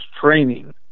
training